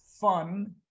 fun